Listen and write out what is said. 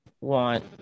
want